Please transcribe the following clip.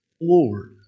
Lord